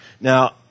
Now